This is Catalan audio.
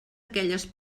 aquelles